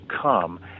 come